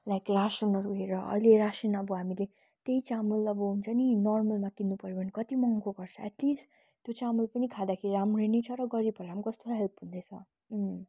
like रासिनहरू हेर अहिले रासिनहरू अब हामीले त्यही चामल अब हुन्छ नि नर्मलमा किन्नु पर्यो भने कति महँगो पर्छ एटलिस्ट त्यो चामल पनि खाँदाखेरि राम्रै नै छ र गरिबहरूलाई पनि कस्तो हेल्प हुँदैछ